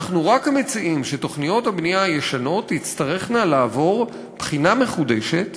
אנחנו רק מציעים שתוכניות הבנייה הישנות תצטרכנה לעבור בחינה מחודשת